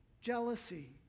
jealousy